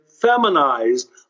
feminized